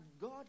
God